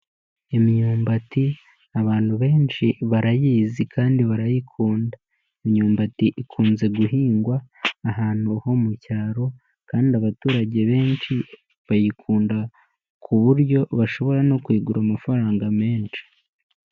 Imyumbati abantu benshi barayizi kandi barayikunda, imyumbati ikunze guhingwa ahantu ho mu cyaro kandi abaturage benshi bayikunda ku buryo bashobora no kuyigura amafaranga menshi.